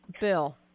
Bill